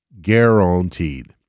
Guaranteed